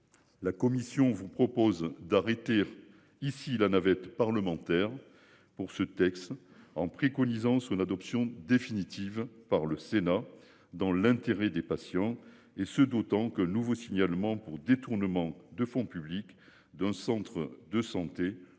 La commission vous propose d'arrêter ici la navette parlementaire pour ce texte en préconisant son adoption définitive par le Sénat dans l'intérêt des patients et ce d'autant que le nouveau signalement pour détournement de fonds publics d'un centre de santé